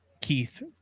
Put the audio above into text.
Keith